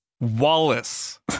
Wallace